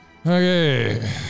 Okay